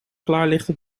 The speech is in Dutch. klaarlichte